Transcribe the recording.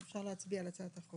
אפשר להצביע על הצעת החוק.